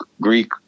Greek